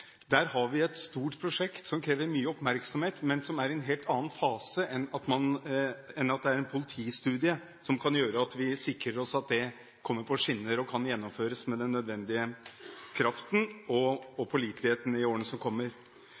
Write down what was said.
Der har vi et stort prosjekt som krever mye oppmerksomhet, men som er i en helt annen fase enn at det er en politistudie som kan sikre oss at det kommer på skinner og kan gjennomføres med den nødvendige kraften og påliteligheten i årene som kommer.